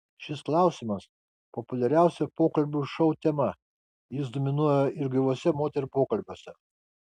šis klausimas populiariausia pokalbių šou tema jis dominuoja ir gyvuose moterų pokalbiuose